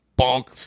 bonk